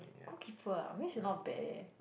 goal keeper ah means you're not bad eh